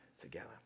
together